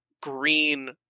green